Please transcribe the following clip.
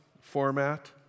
format